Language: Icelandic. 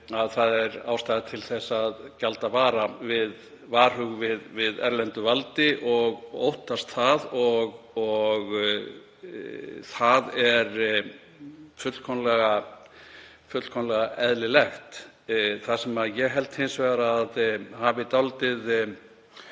að ástæða er til að gjalda varhuga við erlendu valdi og óttast það. Og það er fullkomlega eðlilegt. Það sem ég held hins vegar að hafi dálítið